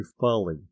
folly